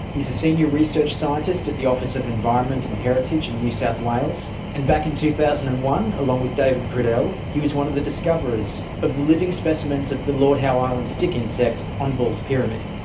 he is a senior research scientist at the office of environment and heritage in new south wales, and back in two thousand and one, along with david priddel, he was one of the discoverers of the living specimens of the lord howe island stick insect on ball's pyramid.